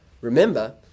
Remember